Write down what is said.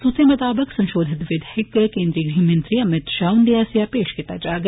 सूत्रें मताबक संपोधित विधेयक केंद्रीय गृह मंत्री अमित षाह हुंदे आस्सेआ पेष कीता जाग